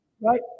Right